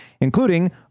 including